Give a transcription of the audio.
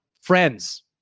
friends